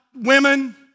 women